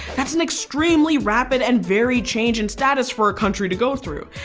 that's an extremely rapid and varied change in status for a country to go through.